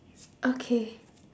okay